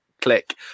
click